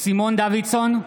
סימון דוידסון,